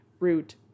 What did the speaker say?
Root